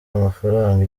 amafaranga